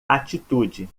atitude